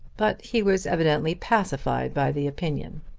but he was evidently pacified by the opinion.